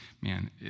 man